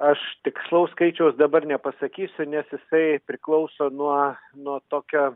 aš tikslaus skaičiaus dabar nepasakysiu nes jisai priklauso nuo nuo tokio